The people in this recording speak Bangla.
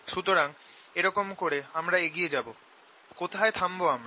সুতরাং এরকম করে আমরা এগিয়ে যাব কোথায় থাম্ব আমরা